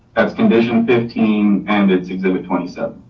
that's condition fifteen and it's exhibit twenty seven.